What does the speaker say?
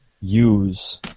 use